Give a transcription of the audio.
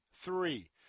Three